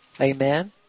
Amen